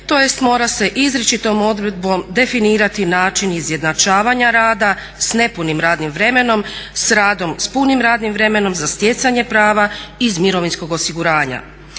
tj. mora se izričitom odredbom definirati način izjednačavanja rada s nepunim radnim vremenom s radom s punim radnim vremenom za stjecanje prava iz mirovinskog osiguranja.